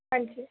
ਹਾਂਜੀ